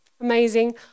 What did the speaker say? amazing